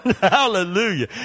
Hallelujah